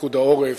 פיקוד העורף,